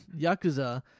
Yakuza